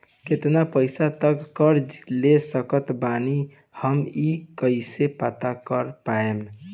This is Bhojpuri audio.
केतना पैसा तक कर्जा ले सकत बानी हम ई कइसे पता कर पाएम?